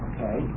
Okay